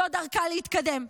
זו דרכה להתקדם.